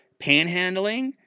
panhandling